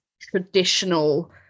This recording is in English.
traditional